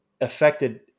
affected